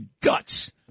guts